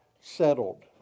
settled